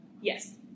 Yes